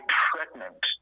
pregnant